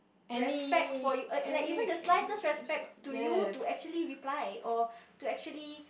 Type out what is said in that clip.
respect for you like even the slightest respect to you to actually reply or to actually